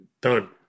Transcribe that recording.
done